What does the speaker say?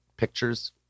Pictures